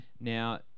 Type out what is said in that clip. Now